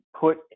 put